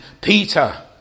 Peter